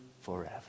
forever